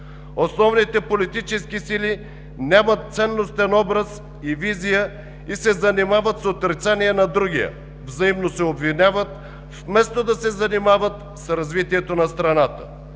Основните политически сили нямат ценностен образ и визия и се занимават с отрицание на другия – взаимно се обвиняват, вместо да се занимават с развитието на страната.